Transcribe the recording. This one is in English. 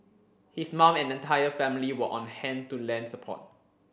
his mum and entire family were on hand to lend support